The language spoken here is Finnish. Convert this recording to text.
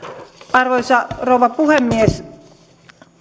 arvoisa rouva puhemies